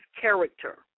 character